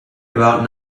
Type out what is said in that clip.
about